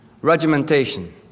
Regimentation